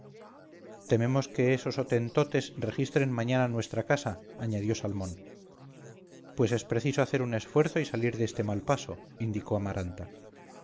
tememos que esos hotentotes registren mañana nuestra casa añadió salmón pues es preciso hacer un esfuerzo y salir de este mal paso indicó amaranta